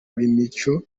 b’imico